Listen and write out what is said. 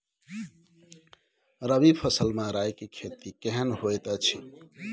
रबी फसल मे राई के खेती केहन होयत अछि?